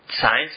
Science